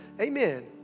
amen